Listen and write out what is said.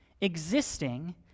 existing